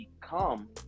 become